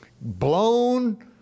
Blown